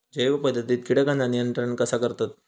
जैव पध्दतीत किटकांचा नियंत्रण कसा करतत?